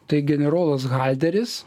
tai generolas halderis